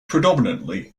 predominantly